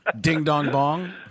Ding-dong-bong